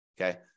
Okay